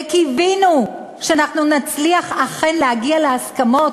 וקיווינו שנצליח אכן להגיע להסכמות,